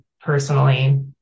personally